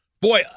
Boy